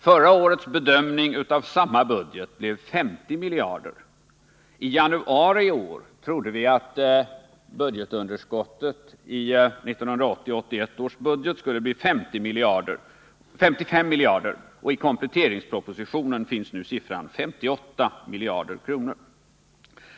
Förra årets bedömning av samma budget blev 50 miljarder. I januari i år trodde vi att budgetunderskottet i 1980/81 års budget skulle bli 55 miljarder, och i kompletteringspropositionen finns nu siffran 58 miljarder kronor.